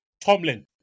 Tomlin